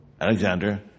Alexander